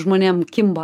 žmonėm kimba